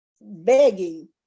begging